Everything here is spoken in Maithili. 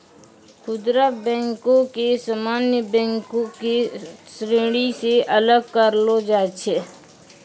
खुदरा बैको के सामान्य बैंको के श्रेणी से अलग करलो जाय छै